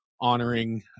honoring